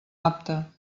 apta